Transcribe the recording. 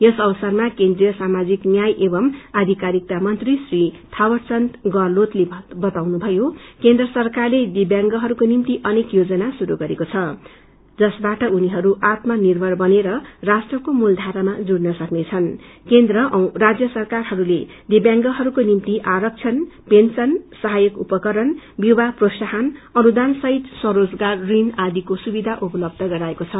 यस अवसरमा केन्द्रिय सामाहिक न्याय एवं अधिकारिकता मंत्री श्री धावरचन्द्र गहलोतले बताउनुभयो केन्द्र सरकारले दिव्यांगहरूको निभ्ति अनेक योजना श्रुष् गरेको छ जसमा आत्म निश्रर बनेर राष्ट्रको मूलधारामा जुइन सक्नेछन् केन्द्र औ राजय सरकारहरूले दिव्यांगहरूको निम्ति आरक्षण पेन्सन स्झयक उपकरण विवाह प्रोत्साहन अनुदानसहित स्वरोजगार ऋण आदिको सुविधा उपलब्ब गराएको छ